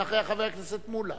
אחריה, חבר הכנסת מולה,